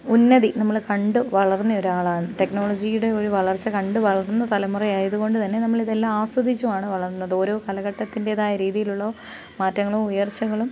ഉന്നതി നമ്മൾ കണ്ടു വളർന്ന ഒരാളാണ് ടെക്നോളജിയുടെ ഒരു വളർച്ച കണ്ടു വളർന്ന തലമുറ ആയതു കൊണ്ട് തന്നെ നമ്മൾ ഇതെല്ലാം ആസ്വദിച്ചുമാണ് വളർന്നത് ഓരോ കാലഘട്ടത്തിൻ്റെതായ രീതിയിലുള്ള മാറ്റങ്ങളും ഉയർച്ചകളും